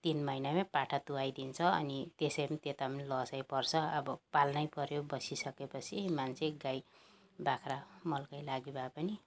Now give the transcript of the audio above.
तिन महिनामै पाठा तुहाइदिन्छ अनि त्यसरी त्यता पनि लसै पर्छ अब पाल्नै पऱ्यो बसिसके पछि मान्छे गाई बाख्रा मलकै लागि भए पनि